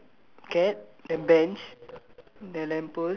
clockwise means like cat then bench